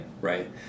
right